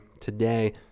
today